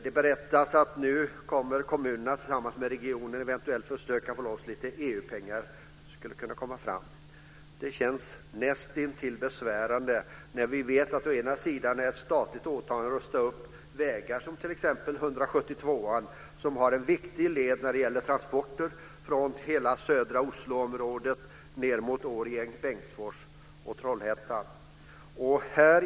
Det berättas att kommunerna tillsammans med regionen nu eventuellt kommer att försöka få loss lite EU-pengar till detta. Det känns nästintill besvärande när vi vet att det är ett statligt åtagande att rusta upp vägar som t.ex. 172:an, som är en viktig led när det gäller transporter från hela södra Oslo-området ned mot Årjäng-Bengtsfors och Trollhättan.